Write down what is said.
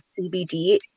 CBD